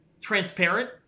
transparent